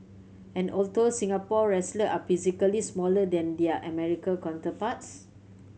and although Singapore wrestlers are physically smaller than their America counterparts